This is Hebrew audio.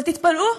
אבל תתפלאו,